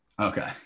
Okay